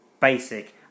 basic